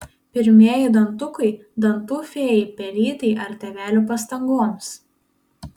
pirmieji dantukai dantų fėjai pelytei ar tėvelių pastangoms